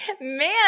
Man